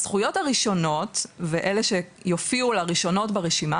הזכויות הראשונות ואלו שיופיעו לה ראשונות ברשימה,